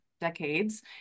decades